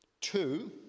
Two